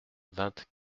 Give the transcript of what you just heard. vingt